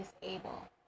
disable